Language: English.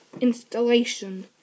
installation